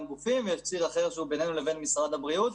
גופים ויש ציר אחר שהוא בינינו לבין משרד הבריאות.